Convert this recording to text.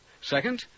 Second